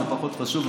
זה פחות חשוב.